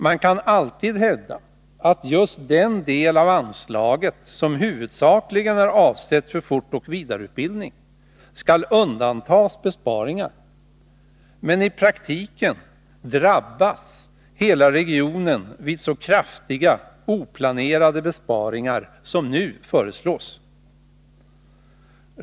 Man kan alltid hävda att just den del av anslaget som huvudsakligen är avsett för fortoch vidareutbildningen skall undantas från besparingar, men i praktiken drabbas hela regionen vid så kraftiga, oplanerade besparingar som nu föreslås.